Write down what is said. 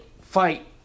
fight